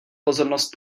pozornost